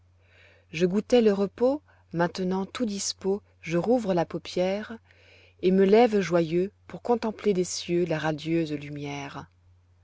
je goûtais le repos maintenant tout dispos je rouvre la paupière et me lève joyeux pour contempler des cieux la radieuse lumière